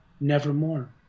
nevermore